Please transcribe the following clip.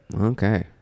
Okay